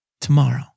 tomorrow